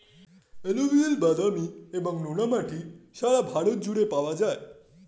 alluvial, বাদামি এবং নোনা মাটি সারা ভারত জুড়ে পাওয়া যায়